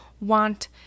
want